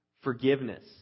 Forgiveness